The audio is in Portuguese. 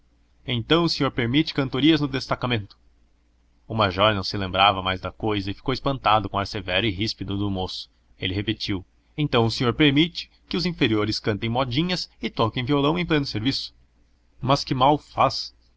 então o senhor permite cantorias no destacamento o major não se lembrava mais da cousa e ficou espantado com o ar severo e ríspido do moço ele repetiu então o senhor permite que os inferiores cantem modinhas e toquem violão em pleno serviço mas que mal faz